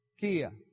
Kia